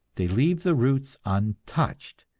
they leave the roots untouched,